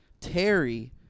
Terry